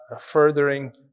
furthering